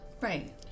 Right